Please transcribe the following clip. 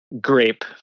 Grape